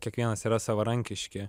kiekvienas yra savarankiški